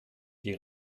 die